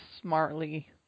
smartly